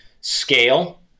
scale